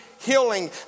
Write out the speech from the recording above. healing